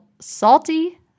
Salty